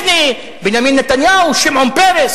ציפי לבני, בנימין נתניהו, שמעון פרס.